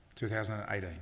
2018